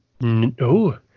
no